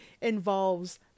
involves